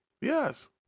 yes